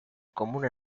comuna